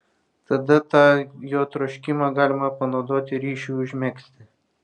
tada tą jo troškimą galima panaudoti ryšiui užmegzti